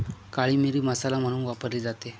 काळी मिरी मसाला म्हणून वापरली जाते